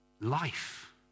life